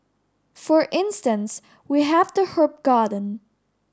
for instance we have the herb garden